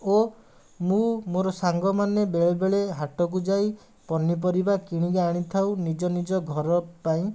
ଓ ମୁଁ ମୋର ସାଙ୍ଗମାନେ ବେଳେବେଳେ ହାଟକୁ ଯାଇ ପନିପରିବା କିଣିକି ଆଣିଥାଉ ନିଜ ନିଜ ଘର ପାଇଁ